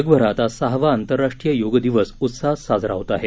जगभरात आज सहावा आंतरराष्ट्रीय योग दिवस उत्साहात साजरा होत आहे